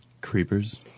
Creepers